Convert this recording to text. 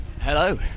Hello